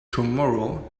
tomorrow